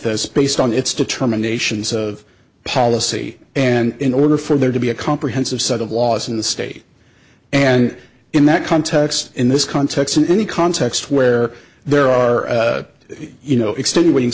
this based on its determinations of policy and in order for there to be a comprehensive set of laws in the state and in that context in this context in any context where there are you know extenuating